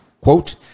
Quote